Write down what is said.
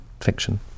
fiction